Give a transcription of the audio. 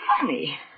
funny